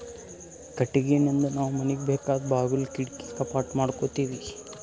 ಕಟ್ಟಿಗಿನಿಂದ್ ನಾವ್ ಮನಿಗ್ ಬೇಕಾದ್ ಬಾಗುಲ್ ಕಿಡಕಿ ಕಪಾಟ್ ಮಾಡಕೋತೀವಿ